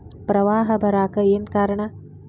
ಪ್ರವಾಹ ಬರಾಕ್ ಏನ್ ಕಾರಣ?